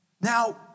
Now